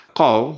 call